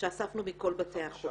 שאספנו מכל בתי החולים.